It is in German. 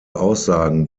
aussagen